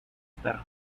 estar